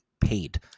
paid